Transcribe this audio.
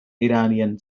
iranian